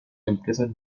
empresas